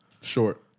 Short